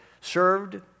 served